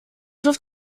wirft